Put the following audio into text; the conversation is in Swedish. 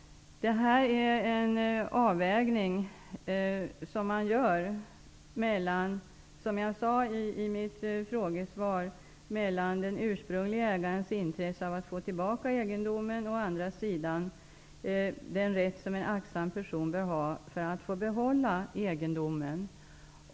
Det här är, som jag sade i mitt frågesvar, en avvägning som man gör mellan å ena sidan den ursprunglige ägarens intresse av att få tillbaka egendomen och å andra sidan den rätt som en aktsam person bör ha att behålla egendomen.